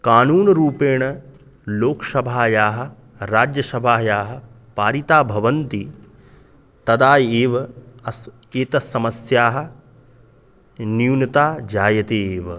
कानूनरूपेण लोकसभायाः राज्यसभायाः पारिता भवन्ति तदा एव अस् एतत् समस्यायाः न्यूनता जायते एव